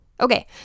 Okay